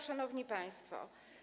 Szanowni Państwo!